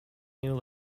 knew